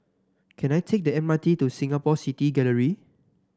can I take the M R T to Singapore City Gallery